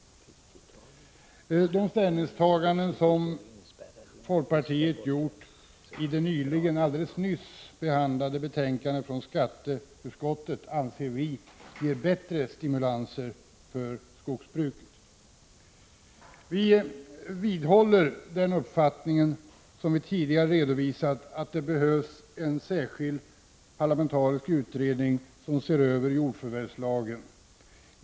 Folkpartiets ställningstaganden i samband med det i går behandlade betänkandet från skatteutskottet avser åtgärder som enligt vår mening ger bättre stimulanser för skogbruket. Vi vidhåller vår redovisade uppfattning om behovet av en särskild parlamentarisk utredning för översyn av jordförvärvslagen.